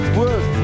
work